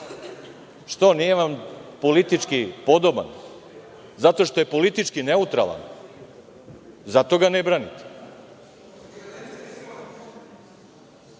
Što, nije vam polički podoban? Zato što je politički neutralan? Zato ga ne branite?